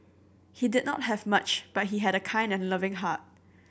he did not have much but he had a kind and loving heart